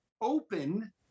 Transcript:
open